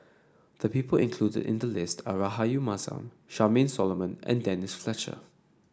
the people included in the list are Rahayu Mahzam Charmaine Solomon and Denise Fletcher